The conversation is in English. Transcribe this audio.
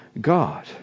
God